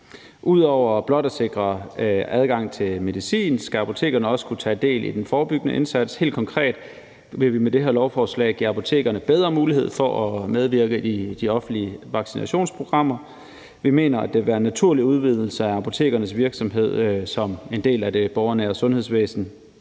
Ud over blot at sikre adgang til medicin skal apotekerne også kunne tage del i den forebyggende indsats. Helt konkret vil vi med det her lovforslag give apotekerne bedre mulighed for at medvirke i de offentlige vaccinationsprogrammer. Vi mener, at det vil være en naturlig udvidelse af apotekernes virksomhed som en del af det borgernære sundhedsvæsen.